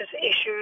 issues